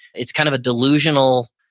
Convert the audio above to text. it's kind of a delusional,